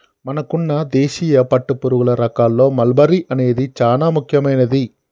మనకున్న దేశీయ పట్టుపురుగుల రకాల్లో మల్బరీ అనేది చానా ముఖ్యమైనది